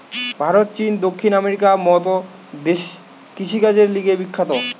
ভারত, চীন, দক্ষিণ আমেরিকার মত দেশ কৃষিকাজের লিগে বিখ্যাত